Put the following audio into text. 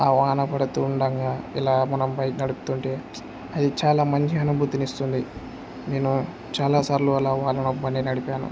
ఆ వాన పడుతూ ఉండంగా ఇలా మనం బైక్ నడుపుతుంటే అది చాలా మంచి అనుభూతిని ఇస్తుంది నేను చాలా సార్లు అలా వానలో బండి నడిపాను